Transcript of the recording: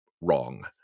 wrong